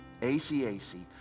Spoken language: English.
ACAC